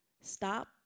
Stop